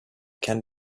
can